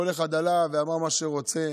כל אחד עלה ואמר מה שהוא רוצה.